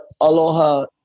aloha